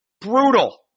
Brutal